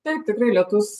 taip tikrai lietus